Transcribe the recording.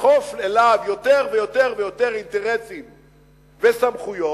יסחף אליו יותר ויותר אינטרסים וסמכויות.